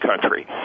country